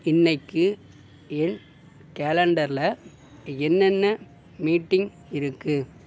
இன்றைக்கு என் கேலண்டரில் என்னென்ன மீட்டிங் இருக்குது